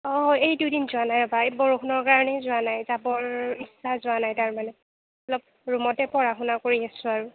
অঁ এই দুইদিন যোৱা নাই ৰ'বা এই বৰষুণৰ কাৰণেই যোৱা নাই যাবৰ ইচ্ছা যোৱা নাই তাৰমানে অলপ ৰূমতে পঢ়া শুনা কৰি আছোঁ আৰু